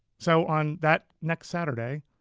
so on that next saturday,